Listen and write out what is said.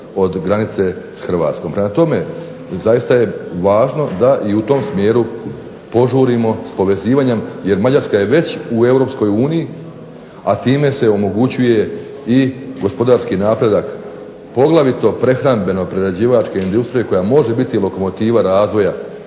od granice sa Hrvatskom. Prema tome, zaista je važno da i u tom smjeru požurimo s povezivanjem, jer Mađarska je već u Europskoj uniji, a time se omogućuje i gospodarski napredak poglavito prehrambeno-prerađivačke industrije koja može biti lokomotiva razvoja